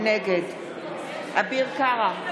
נגד אביר קארה,